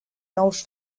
nous